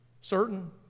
certain